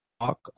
talk